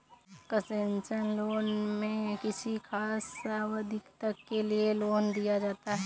concessional loan में किसी खास अवधि तक के लिए लोन दिया जाता है